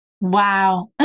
Wow